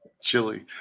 Chili